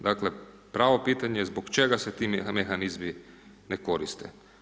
Dakle, pravo pitanje zbog čega se ti mehanizmi ne koriste.